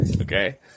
okay